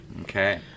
Okay